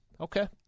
Okay